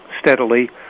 steadily